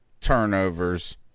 turnovers